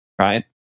right